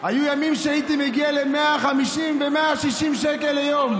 היו ימים שהייתי מגיע ל-150 ו-160 שקל ליום.